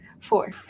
four